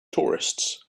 tourists